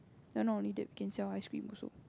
you're not only that we can sell ice cream also